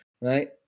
right